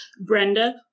Brenda